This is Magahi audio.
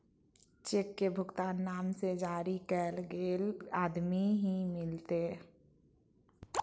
चेक के भुगतान नाम से जरी कैल गेल आदमी के ही मिलते